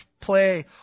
play